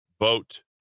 vote